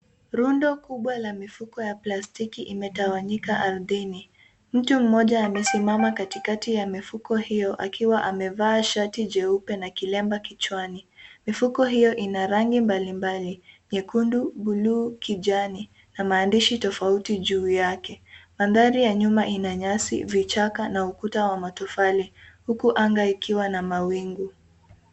Rundo kubwa ya mifuko ya plastiki imetawanyika ardhini. Mtu mmoja amesimama katikati ya mifuko hio akiwa amevaa sharti jeupe na kilemba kichwani. Mifuko hio inarangi mbalimbali nyekundu, bluu, kijani na maandishi tofauti juu yake. Madhari ya nyuma ina nyasi ,vichaka na ukuta wa matofali uku anga ikiwa na mawingu.